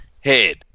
head